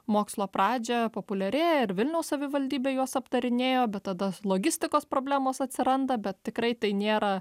mokslo pradžioje populiarėja ir vilniaus savivaldybė juos aptarinėjo bet tada logistikos problemos atsiranda bet tikrai tai nėra